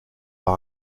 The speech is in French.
par